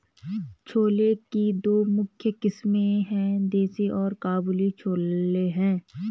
छोले की दो मुख्य किस्में है, देसी और काबुली छोले हैं